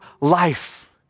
life